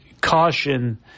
caution